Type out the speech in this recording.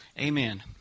Amen